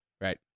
right